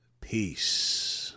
Peace